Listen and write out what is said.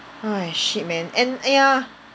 shit man and ya